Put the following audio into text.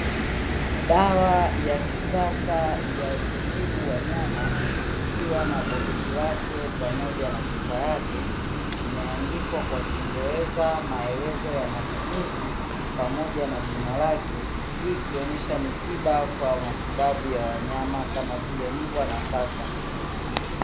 Dawa ya kisasa ya kutibu wanyama ikiwa na boksi lake pamoja na chupa yake, zimeandikwa kwa kiingereza maelezo ya matumizi pamoja na jina lake, hii ikionyesha ni tiba kwa matibabu ya wanyama kama vile mbwa na paka.